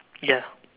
ya